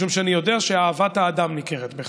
משום שאני יודע שאהבת האדם ניכרת בך,